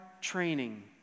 training